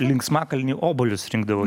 linksmakalnį obuolius rinkdavau